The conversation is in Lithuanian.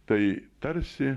tai tarsi